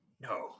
no